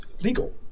legal